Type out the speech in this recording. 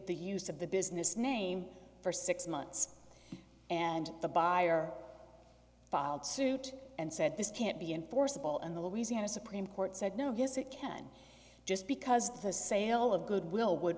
the use of the business name for six months and the buyer filed suit and said this can't be enforceable and the louisiana supreme court said no his it can just because the sale of goodwill would